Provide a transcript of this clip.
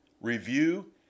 review